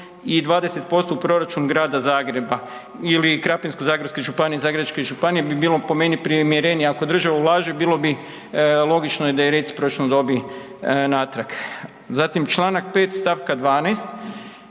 Članak 16. stavak 1.